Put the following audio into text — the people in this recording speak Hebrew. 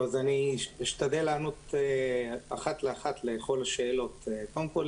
אז אני אשתדל לענות אחת לאחת לכל השאלות קודם כל,